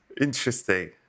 Interesting